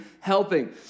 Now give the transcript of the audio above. helping